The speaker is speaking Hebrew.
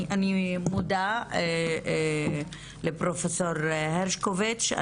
אני מודה לפרופ' הרשקוביץ.